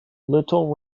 little